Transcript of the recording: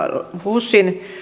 husin